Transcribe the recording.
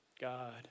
God